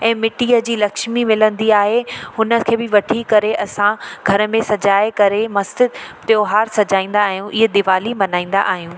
ऐं मिट्टीअ जी लक्ष्मी मिलंदी आहे हुन खे बि वठी करे असां घर में सॼाए करे मस्तु त्योहार सॼाईंदा आहियूं ईअं दीवाली मल्हाईंदा आहियूं